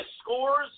scores